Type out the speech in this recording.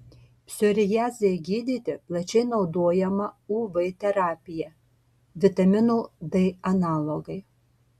psoriazei gydyti plačiai naudojama uv terapija vitamino d analogai